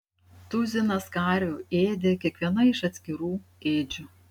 tuzinas karvių ėdė kiekviena iš atskirų ėdžių